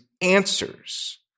answers